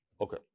Okay